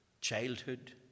childhood